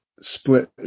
split